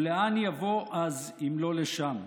ולאן יבוא אז אם לא לשם?